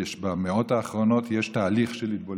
שבמאות האחרונות יש תהליך של התבוללות,